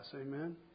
Amen